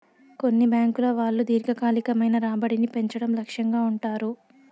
కొన్ని బ్యాంకుల వాళ్ళు దీర్ఘకాలికమైన రాబడిని పెంచడం లక్ష్యంగా ఉంటారు